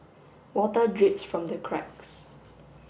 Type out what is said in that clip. water drips from the cracks